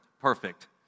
perfect